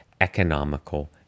economical